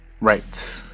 Right